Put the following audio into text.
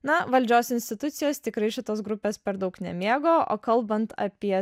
na valdžios institucijos tikrai šitos grupės per daug nemėgo o kalbant apie